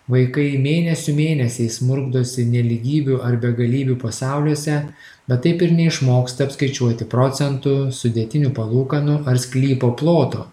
vaikai mėnesių mėnesiais murkdosi nelygybių ar begalybių pasauliuose bet taip ir neišmoksta apskaičiuoti procentų sudėtinių palūkanų ar sklypo ploto